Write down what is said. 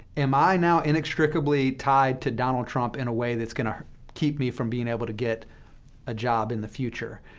am i now inextricably tied to donald trump in a way that's going to to keep me from being able to get a job in the future,